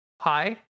Hi